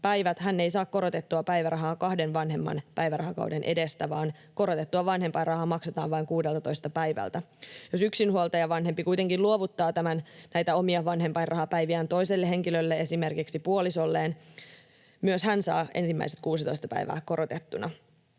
hän ei saa korotettua päivärahaa kahden vanhemman päivärahakauden edestä, vaan korotettua vanhempainrahaa maksetaan vain 16 päivältä. Jos yksinhuoltajavanhempi kuitenkin luovuttaa näitä omia vanhempainrahapäiviään toiselle henkilölle, esimerkiksi puolisolleen, myös tämä saa ensimmäiset 16 päivää korotettuna.